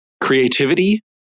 creativity